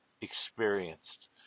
experienced